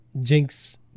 Jinx